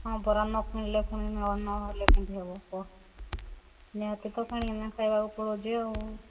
ହଁ ପରା ନ କିଣିଲେ ପୁଣି ନ ହେଲେ କେମତି ହବ ନିହାତି ତ କିଣିକି ନା ଖାଇବାକୁ ପଡ଼ୁଛି ଆଉ